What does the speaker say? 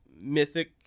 mythic